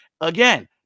again